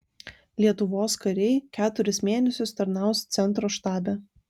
lietuvos kariai keturis mėnesius tarnaus centro štabe